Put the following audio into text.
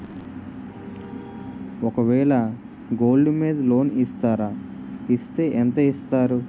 ఒక వేల గోల్డ్ మీద లోన్ ఇస్తారా? ఇస్తే ఎంత ఇస్తారు?